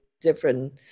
different